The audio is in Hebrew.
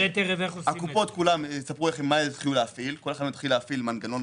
הקופות יספרו מה יתחילו להפעיל כל אחד יתחיל להפעיל מנגנון